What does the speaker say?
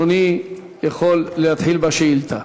אדוני יכול להתחיל בשאילתה.